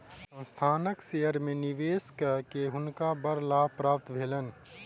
संस्थानक शेयर में निवेश कय के हुनका बड़ लाभ प्राप्त भेलैन